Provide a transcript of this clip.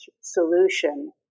solution